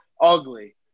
ugly